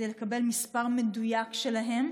כדי לקבל מספר מדויק שלהם.